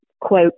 quote